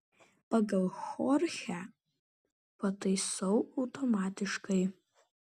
pagal chorchę pataisau automatiškai